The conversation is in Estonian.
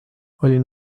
olin